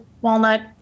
walnut